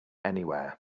anywhere